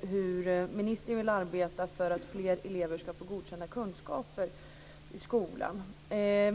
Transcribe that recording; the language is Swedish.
hur ministern vill arbeta för att fler elever ska få godkända kunskaper i skolan.